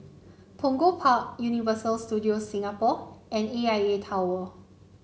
Punggol Park Universal Studios Singapore and A I A Tower